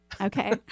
okay